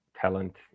talent